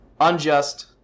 unjust